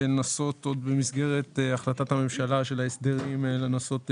היה לנסות עוד במסגרת החלטת הממשלה של ההסדרים למצוא